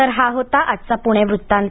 तर हा होता आजचा पुणे वृत्तांत